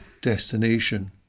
destination